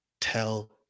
tell